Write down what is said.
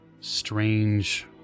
strange